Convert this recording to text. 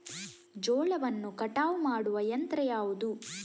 ಜೋಳವನ್ನು ಕಟಾವು ಮಾಡುವ ಯಂತ್ರ ಯಾವುದು?